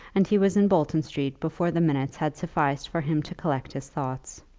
and he was in bolton street before the minutes had sufficed for him to collect his thoughts.